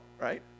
right